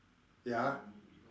ya